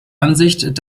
ansicht